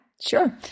sure